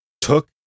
took